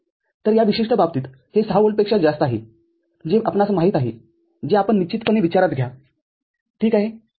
तरया विशिष्ट बाबतीत हे ६ व्होल्ट पेक्षा जास्त आहे जे आपणास माहीत आहे जे आपण निश्चितपणे विचारात घ्या ठीक आहे